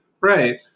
Right